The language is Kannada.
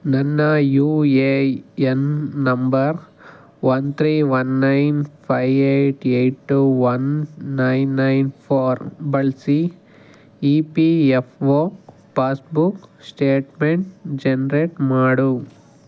ನನ್ನ U A N number one three one nine five eight eight two one nine nine four ಬಳಸಿ E P F O passbook statement generate ಮಾಡು